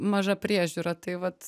maža priežiūra tai vat